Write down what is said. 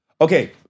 Okay